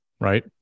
right